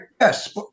yes